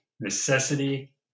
necessity